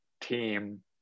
team